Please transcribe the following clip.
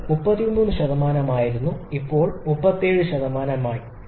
ഇത് 33 ആയിരുന്നു ഇപ്പോൾ ഇത് 37 ആയി